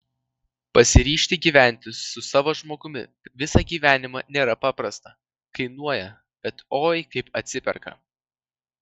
pasiryžti gyventi su savo žmogumi visą gyvenimą nėra paprasta kainuoja bet oi kaip atsiperka